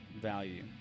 value